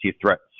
threats